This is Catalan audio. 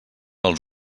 els